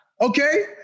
Okay